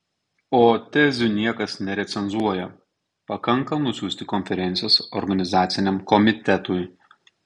o tezių niekas nerecenzuoja pakanka nusiųsti konferencijos organizaciniam komitetui